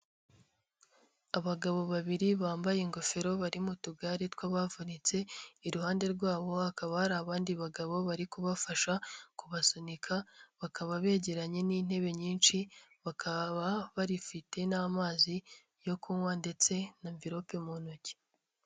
Abagabo babiri bambaye ingofero, barimo utugare tw'abavunitse, iruhande rwabo hakaba hari abandi bagabo, bari kubafasha kubasunika, bakaba begeranye n'intebe nyinshi, bakaba baifite n'amazi yo kunywa ndetse n'amvilope mu ntoki.